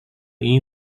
ini